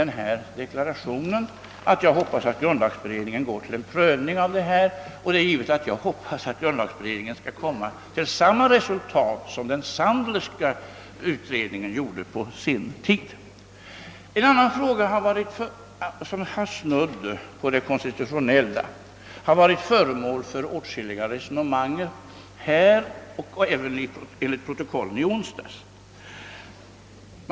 När grundlagberedningen prövar frågan, hoppas jag givetvis att beredningen kommer till samma resultat som den Sandlerska utredningen på sin tid gjorde. Sedan är det en annan fråga som också snuddar vid det konstitutionella och som enligt protokollen från förra onsdagen då var föremål för åtskilliga resonemang här i kammaren.